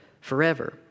forever